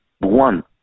one